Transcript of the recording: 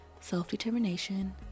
self-determination